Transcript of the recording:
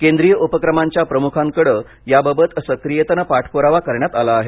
केंद्रीय उपक्रमांच्या प्रमुखांकडे याबाबत सक्रियतेने पाठपुरावा करण्यात आला आहे